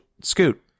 scoot